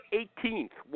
eighteenth